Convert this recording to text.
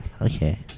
Okay